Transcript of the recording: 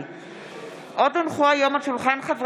הצעת חוק הביטוח הלאומי (תיקון,